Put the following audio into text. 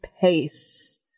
pace